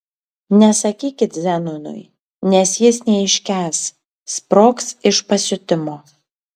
nesakykit zenonui nes jis neiškęs sprogs iš pasiutimo